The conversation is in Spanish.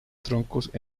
troncos